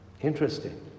Interesting